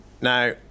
Now